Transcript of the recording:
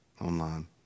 online